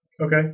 Okay